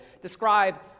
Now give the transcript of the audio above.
describe